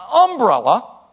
umbrella